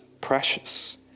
precious